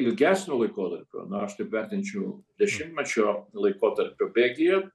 ilgesnio laikotarpio na aš taip vertinčiau dešimtmečio laikotarpio bėgyje